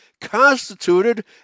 constituted